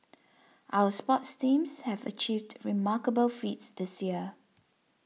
our sports teams have achieved remarkable feats this year